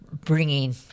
bringing